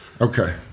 Okay